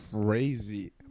crazy